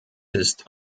ist